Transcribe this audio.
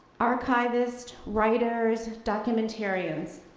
archivists, writers, documentarians.